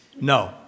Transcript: No